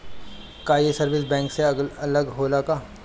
का ये service bank से अलग होला का?